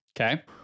Okay